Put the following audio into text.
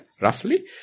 roughly